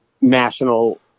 national